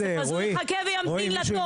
אז הוא יחכה וימתין לתור.